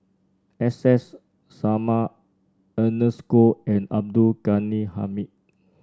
S S Sarma Ernest Goh and Abdul Ghani Hamid